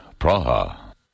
Praha